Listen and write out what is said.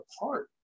apart